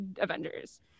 avengers